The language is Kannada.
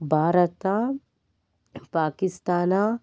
ಭಾರತ ಪಾಕಿಸ್ತಾನ